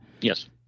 Yes